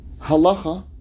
Halacha